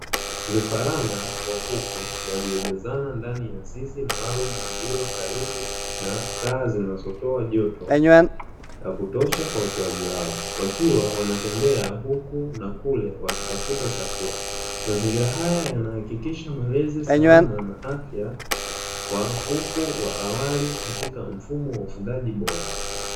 Vifaranga wa kuku waliojazana ndani ya zizi maalumu lililokaribu na taa zinazotoa joto la kutosha kwa ukuaji wao wakiwa wanatembea huku na kule wakitafuta chakula, mazingira haya yanahakikisha malezi salama na afya kwa kuku wa awali katika mfumo wa ufugaji bora.